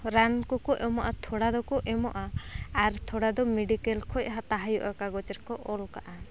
ᱨᱟᱱ ᱠᱚᱠᱚ ᱮᱢᱚᱜᱼᱟ ᱛᱷᱚᱲᱟ ᱫᱚᱠᱚ ᱮᱢᱚᱜᱼᱟ ᱟᱨ ᱛᱷᱚᱲᱟ ᱫᱚ ᱢᱮᱰᱤᱠᱮᱞ ᱠᱷᱚᱡ ᱦᱟᱛᱟᱣ ᱦᱩᱭᱩᱜᱼᱟ ᱠᱟᱜᱚᱡᱽ ᱨᱮᱠᱚ ᱚᱞ ᱠᱟᱜᱼᱟ